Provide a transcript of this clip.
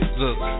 look